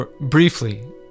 briefly